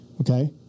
Okay